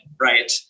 right